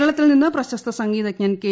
കേരളത്തിൽ നിന്ന് പ്രശസ്ത സംഗ്വീത്ജ്ഞ്ൻ കെ